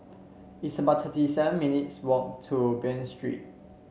it's about thirty seven minutes' walk to Bain Street